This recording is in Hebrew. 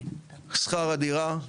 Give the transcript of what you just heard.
שכר הדירה,